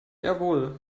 jawohl